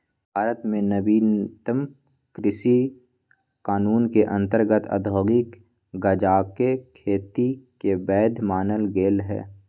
भारत में नवीनतम कृषि कानून के अंतर्गत औद्योगिक गजाके खेती के वैध मानल गेलइ ह